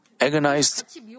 agonized